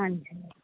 ਹਾਂਜੀ